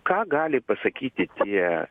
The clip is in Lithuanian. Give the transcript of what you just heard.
ką gali pasakyti tie